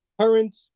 Current